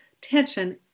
tension